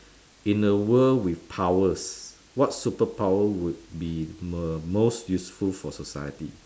in a world with powers what superpower would be mer~ most useful for society